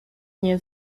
nie